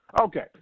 Okay